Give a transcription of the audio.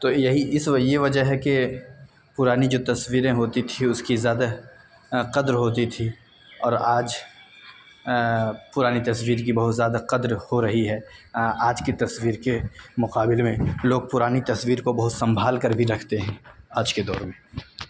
تو یہی اس یہ وجہ ہے کہ پرانی جو تصویریں ہوتی تھیں اس کی زیادہ قدر ہوتی تھی اور آج پرانی تصویر کی بہت زیادہ قدر ہو رہی ہے آج کی تصویر کے مقابلے میں لوگ پرانی تصویر کو بہت سنبھال کر بھی رکھتے ہیں آج کے دور میں